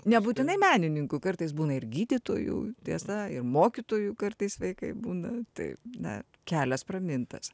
nebūtinai menininkų kartais būna ir gydytojų tiesa ir mokytojų kartais vaikai būna tai ne kelias pramintas